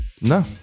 No